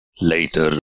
later